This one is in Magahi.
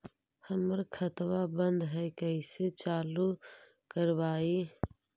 हमर खतवा बंद है कैसे चालु करवाई?